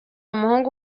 umuhungu